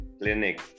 clinic